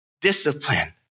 discipline